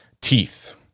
teeth